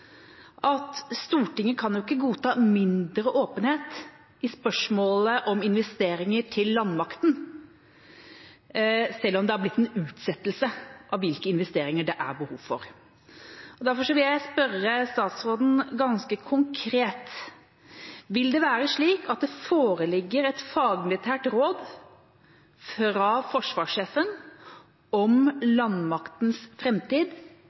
at Stortinget ikke kan godta mindre åpenhet i spørsmålet om investeringer til landmakten, selv om det har blitt en utsettelse av hvilke investeringer det er behov for. Derfor vil jeg spørre statsråden ganske konkret: Vil det være slik at det foreligger et fagmilitært råd fra forsvarssjefen om